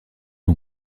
ont